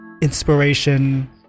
inspiration